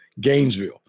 Gainesville